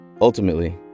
Ultimately